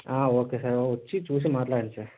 okay sir వచ్చి చూసి మాట్లాడండి సార్